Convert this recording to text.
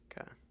Okay